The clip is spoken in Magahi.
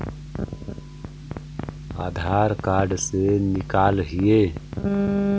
आधार कार्ड से निकाल हिऐ?